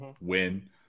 win